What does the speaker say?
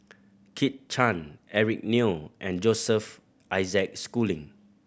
Kit Chan Eric Neo and Joseph Isaac Schooling